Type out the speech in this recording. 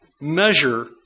measure